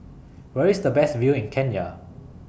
Where IS The Best View in Kenya